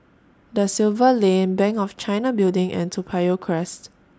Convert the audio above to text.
DA Silva Lane Bank of China Building and Toa Payoh Crest